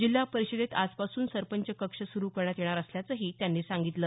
जिल्हा परिषदेत आजपासून सरपंच कक्ष सूरु करण्यात येणार असल्याचं त्यांनी सांगितलं